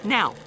Now